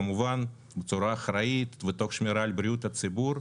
כמובן בצורה אחראית ותוך שמירה על בריאות הציבור,